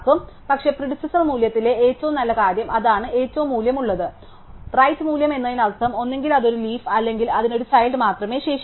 പക്ഷേ പ്രിഡിസെസാർ മൂല്യത്തിലെ ഏറ്റവും നല്ല കാര്യം അതാണ് ഏറ്റവും മൂല്യമുള്ളത് റൈറ് മൂല്യം എന്നതിനർത്ഥം ഒന്നുകിൽ അത് ഒരു ലീഫ് അല്ലെങ്കിൽ അതിന് ഒരു ചൈൽഡ് മാത്രമേ ശേഷിക്കുന്നുള്ളൂ